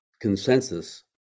consensus